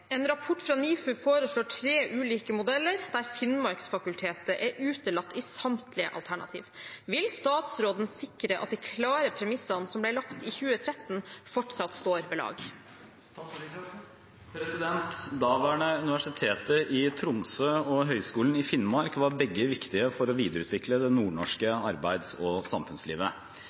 En rapport fra NIFU foreslår tre ulike modeller, der Finnmarksfakultetet er utelatt i samtlige alternativ. Vil statsråden sikre at de klare premissene som ble lagt i 2013, fortsatt står ved lag?» Daværende Universitetet i Tromsø og Høgskolen i Finnmark var begge viktige for å videreutvikle det nordnorske arbeids- og samfunnslivet.